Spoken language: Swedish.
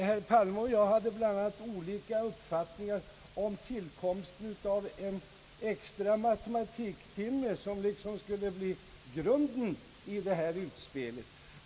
Herr Palme och jag hade bl.a. olika uppfattningar om tillkomsten av en extra matematiktimme som liksom skulle bli grunden i det här utspelet.